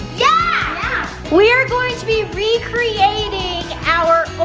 yeah we are going to be recreating our